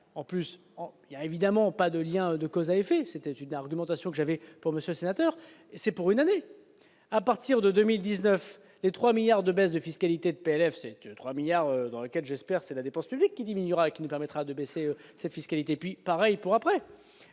en plus, il y a évidemment pas de lien de cause à effet, c'était une argumentation que j'avais pour monsieur sénateur et c'est pour une année à partir de 2019 les 3 milliards de baisses de fiscalité PFC 3 milliards dans lequel j'espère, c'est la dépense publique qui diminuera qui nous permettra de baisser cette fiscalité puis pareil pour après,